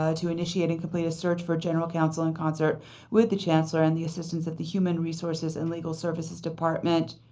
ah initiate and complete a search for general counsel in concert with the chancellor and the assistance of the human resources and legal services department